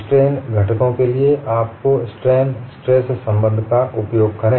strain घटकों के लिये आप का स्ट्रेन स्ट्रेस संबंध का उपयोग करें